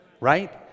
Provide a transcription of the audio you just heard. right